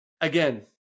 again